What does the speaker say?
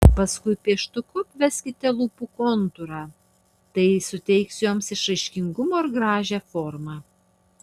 paskui pieštuku apveskite lūpų kontūrą tai suteiks joms išraiškingumo ir gražią formą